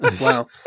Wow